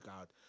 out